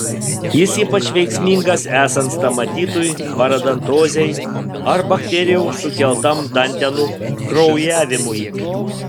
jis ypač veiksmingas esant stomatitui parodontozei ar bakterijų sukeltam dantenų kraujavimui